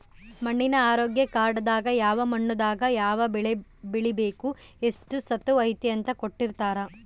ಮಣ್ಣಿನ ಆರೋಗ್ಯ ಕಾರ್ಡ್ ದಾಗ ಯಾವ ಮಣ್ಣು ದಾಗ ಯಾವ ಬೆಳೆ ಬೆಳಿಬೆಕು ಎಷ್ಟು ಸತುವ್ ಐತಿ ಅಂತ ಕೋಟ್ಟಿರ್ತಾರಾ